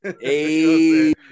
Hey